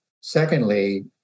secondly